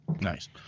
Nice